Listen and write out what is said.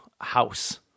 house